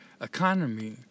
economy